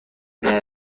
نره